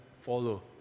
follow